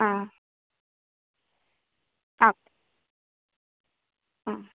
ആ ഓക്കെ ആ